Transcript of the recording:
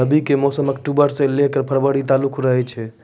रबी के मौसम अक्टूबरो से लै के फरवरी तालुक रहै छै